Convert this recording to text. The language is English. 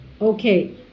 Okay